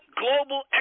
global